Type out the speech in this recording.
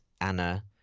Anna